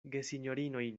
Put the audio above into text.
gesinjoroj